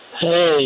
Hey